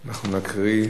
לפיכך, אני קובע